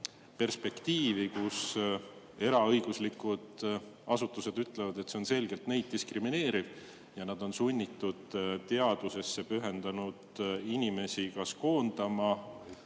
perspektiivi, kui eraõiguslikud asutused ütlevad, et see on selgelt neid diskrimineeriv ja nad on sunnitud teadusele pühendunud inimesi koondama,